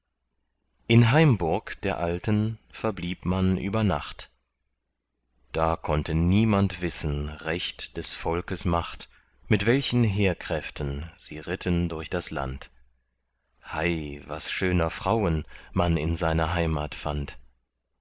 in heimburg der alten verblieb man über nacht da konnte niemand wissen recht des volkes macht mit welchen heerkräften sie ritten durch das land hei was schöner frauen man in seiner heimat fand